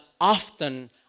often